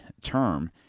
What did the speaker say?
term